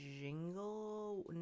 Jingle